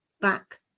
back